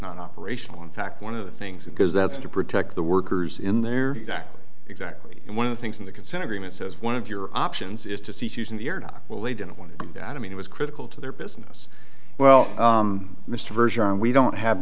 not operational in fact one of the things that because that's to protect the workers in their exactly exactly and one of the things in the consent agreement says one of your options is to cease using the or not well they didn't want to do that i mean it was critical to their business well mr version we don't have